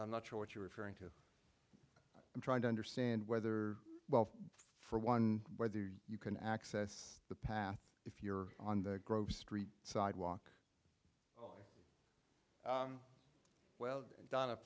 i'm not sure what you're referring to i'm trying to understand whether well for one whether you can access the path if you're on the grove street sidewalk well don